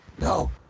No